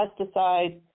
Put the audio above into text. pesticides